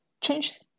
change